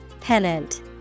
Pennant